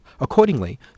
Accordingly